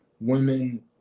women